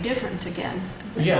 different again yeah